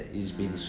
mm